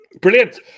Brilliant